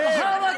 (נגד